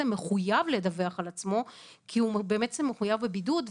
מחויב לדווח על עצמו כי באמת זה מחויב בבידוד,